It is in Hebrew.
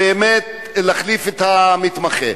באמת להחליף את המתמחה.